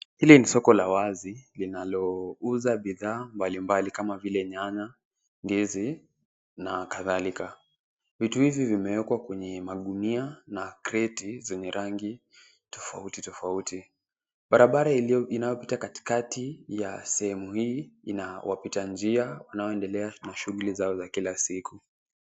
Hili ni soko la wazi linalouza bidhaa mbalimbali, kama vile nyanya, ndizi na kadhalika. Vitu hivi vimewekwa kwenye magunia na kreti zenye rangi tofauti tofauti. Barabara inayopita katikati ya sehemu hii, ina wapita njia wanaoendelea na shughuli zao za kila siku.